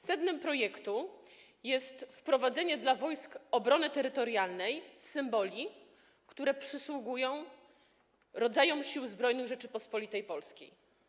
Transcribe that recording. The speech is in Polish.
Sednem projektu jest wprowadzenie dla Wojsk Obrony Terytorialnej symboli, które przysługują rodzajom Sił Zbrojnych Rzeczypospolitej Polskiej.